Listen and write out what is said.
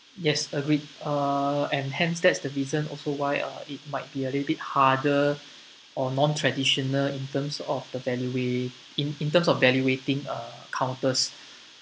yes agreed uh and hence that's the reason also why uh it might be a little bit harder or non-traditional in terms of the valua~ in in terms of valuating counters